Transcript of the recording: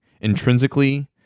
intrinsically